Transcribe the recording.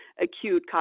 acute